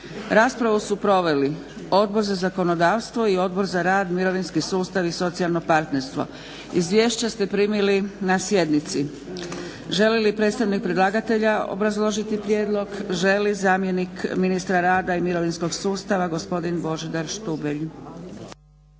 Raspravu su proveli Odbor za zakonodavstvo i Odbor za rad, mirovinski sustav i socijalno partnerstvo. Izvješća ste primili na sjednici. Želi li predstavnik predlagatelja obrazložiti prijedlog? Želi. Zamjenik ministra rada i mirovinskog sustava gospodin Božidar Štubelj.